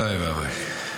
אוי ואבוי.